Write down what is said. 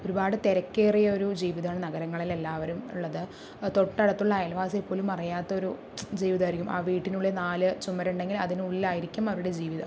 ഒരുപാട് തിരക്കേറിയ ഒരു ജീവിതമാണ് നഗരങ്ങളിലെല്ലാവരും ഉള്ളത് തൊട്ടടുത്തുള്ള അയൽവാസിയെ പോലും അറിയാത്തൊരു ജീവിതമായിരിക്കും ആ വീട്ടിനുള്ളിൽ നാലു ചുമരുണ്ടെങ്കിൽ അതിനുള്ളിലായിരിക്കും അവരുടെ ജീവിതം